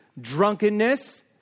drunkenness